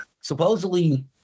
supposedly